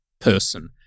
person